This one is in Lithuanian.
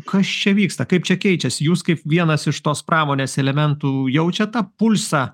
kas čia vyksta kaip čia keičiasi jūs kaip vienas iš tos pramonės elementų jaučiat tą pulsą